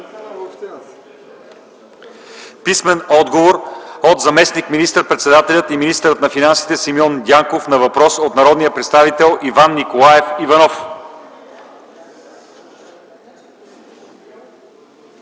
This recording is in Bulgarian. писмен отговор от заместник министър-председателя и министър на финансите Симеон Дянков на въпрос от народния представител Иван Николаев Иванов;